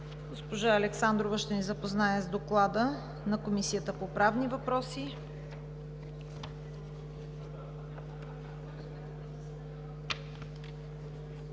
Госпожа Александрова ще ни запознае с Доклада на Комисията по правни въпроси.